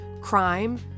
crime